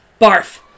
Barf